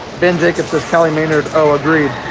ben jacobs kalli maynard, ah agreed.